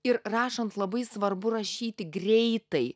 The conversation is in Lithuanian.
ir rašant labai svarbu rašyti greitai